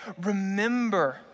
remember